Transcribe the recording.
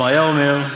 שמעיה אומר: